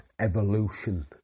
evolution